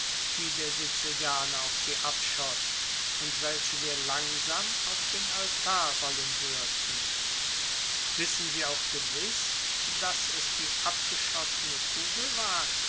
die der sizilianer auf sie abschoß und welche wir langsam auf den altar rollen hörten wissen sie auch gewiß daß es die abgeschossene kugel war